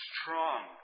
strong